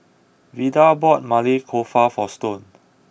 Vida bought Maili Kofta for Stone